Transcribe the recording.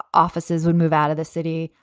offices would move out of the city.